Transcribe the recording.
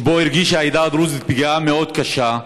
שבו הרגישה העדה הדרוזית פגיעה מאוד קשה,